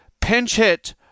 pinch-hit